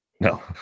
No